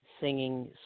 singing